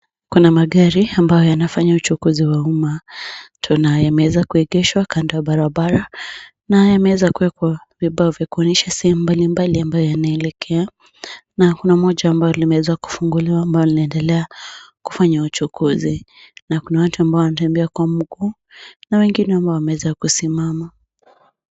Kuna magari ambayo yanafanya uchukuzi wa umma tu na yameweza kuegeshwa kando ya barabara na yameweza kuwekwa vibao vya kuonyesha sehemu mbalimbali ambayo yanaelekea na kuna moja ambayo limewezaa kufunguliwa ambayo linaendelea kufanya uchukuzi na kuna watu ambao wanatembea kwa mguu na wengine ambao wameweza kusimama.